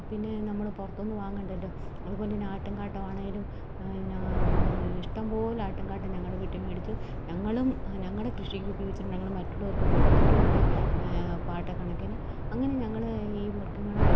പിന്നെ നമ്മൾ പുറത്തുനിന്ന് വാങ്ങേണ്ടല്ലോ അതുപോലെത്തന്നെ ആട്ടുംകാട്ടമാണെങ്കിലും ഇഷ്ടംപോലെ ആട്ടുംകാട്ടം ഞങ്ങളുടെ വീട്ടിൽ മേടിച്ച് ഞങ്ങളും ഞങ്ങളുടെ കൃഷിക്ക് ഉപയോഗിച്ചിട്ട് ഞങ്ങൾ മറ്റുള്ളവർക്ക് കൊടുത്തിട്ടും ഉണ്ട് പാട്ടക്കണക്കിന് അങ്ങനെ ഞങ്ങൾ ഈ മൃഗങ്ങളെ